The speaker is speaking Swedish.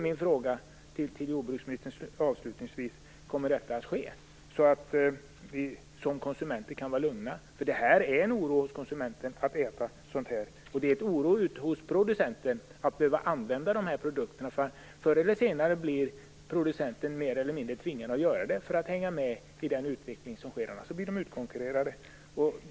Min fråga till jordbruksministern är avslutningsvis: Kommer detta att ske, så att vi som konsumenter kan vara lugna? Det finns en oro hos konsumenterna, som är rädda för att äta sådant här. Det finns en oro hos producenterna, för att de skall behöva använda de här produkterna. Förr eller senare blir producenterna mer eller mindre tvingade att göra det, för att hänga med i den utveckling som sker - annars blir de utkonkurrerade.